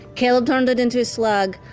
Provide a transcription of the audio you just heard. caleb turned it into a slug.